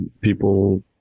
people